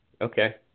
Okay